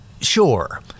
Sure